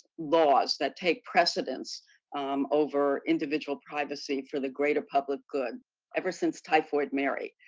laws that take precedence um over individual privacy for the greater public good ever since typhoid mary,